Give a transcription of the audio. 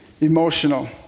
emotional